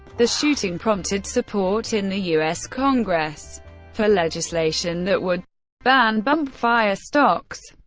the shooting prompted support in the u s. congress for legislation that would ban bump fire stocks.